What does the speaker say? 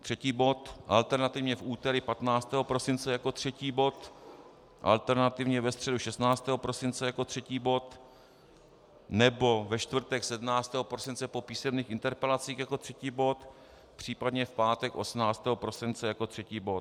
Třetí bod, alternativně v úterý 15 prosince jako třetí bod, alternativně ve středu 16. prosince jako třetí bod nebo ve čtvrtek 17. prosince po písemných interpelacích jako třetí bod, případně v pátek 18. prosince jako třetí bod.